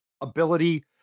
ability